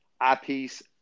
Eyepiece